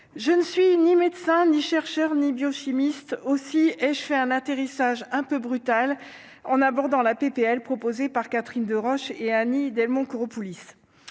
je ne suis ni médecin ni chercheur ni biochimiste, aussi ai-je fait un atterrissage un peu brutal en abordant la PPL proposée par Catherine Deroche et Annie Delmont Koropoulis